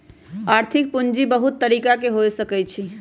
आर्थिक पूजी बहुत तरिका के हो सकइ छइ